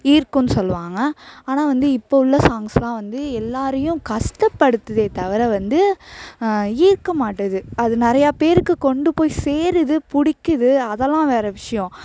ஈர்க்கும்ன் சொல்லுவாங்க ஆனால் வந்து இப்போ உள்ள சாங்ஸெலாம் வந்து எல்லாேரையும் கஷ்டப்படுத்துதே தவிர வந்து ஈர்க்கமாட்டேது அது நிறையா பேருக்கு கொண்டு போய் சேருது பிடிக்கிது அதெல்லாம் வேறு விஷயம்